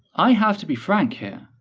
i have to be frank here,